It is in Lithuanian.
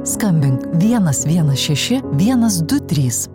skambink vienas vienas šeši vienas du trys